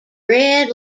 red